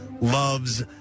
loves